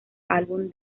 álbum